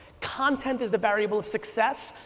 content is the variable of success.